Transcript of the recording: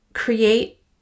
Create